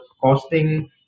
costing